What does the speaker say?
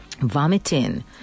vomiting